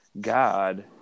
God